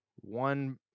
One